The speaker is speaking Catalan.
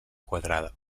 quadrada